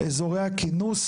אזורי הכינוס